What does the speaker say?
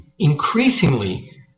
increasingly